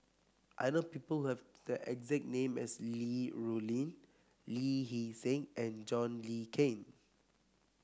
I know people have the exact name as Li Rulin Lee Hee Seng and John Le Cain